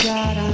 God